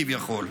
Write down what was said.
כביכול.